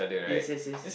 yes yes yes